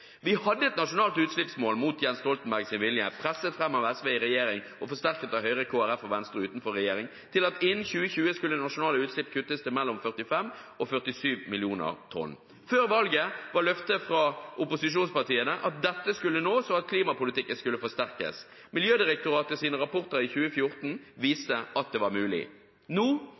Vi hadde et nasjonalt utslippsmål mot Jens Stoltenbergs vilje, presset fram av SV i regjering og forsterket av Høyre, Kristelig Folkeparti og Venstre utenfor regjering, om at innen 2020 skulle nasjonale utslipp kuttes til mellom 45 og 47 millioner tonn. Før valget var løftet fra opposisjonspartiene at dette skulle nås, og at klimapolitikken skulle forsterkes. Miljødirektoratets rapporter i 2014 viste at det var mulig. Nå